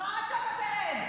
לכי כבר.